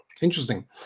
Interesting